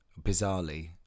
bizarrely